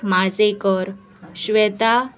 Masekar Shweta